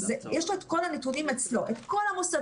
יש לו את כל הנתונים אצלו את כל המוסדות,